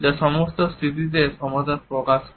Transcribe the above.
যা সমস্ত স্থিতিতে সমতা প্রকাশ করে